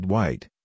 White